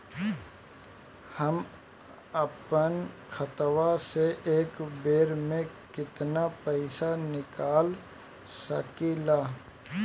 हम आपन खतवा से एक बेर मे केतना पईसा निकाल सकिला?